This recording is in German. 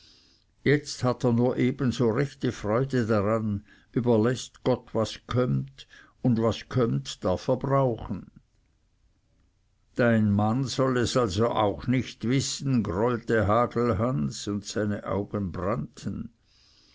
jetzt hat er nur so eben rechte freude daran überläßt gott was kömmt und was kömmt darf er brauchen dein mann soll es also auch nicht wissen grollte hagelhans und seine augen brannten